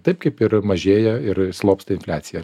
taip kaip ir mažėja ir slopsta infliacija